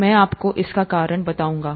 मैं आपको इसका कारण बताऊंगा